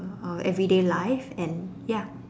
everyday life and ya